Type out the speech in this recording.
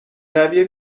روی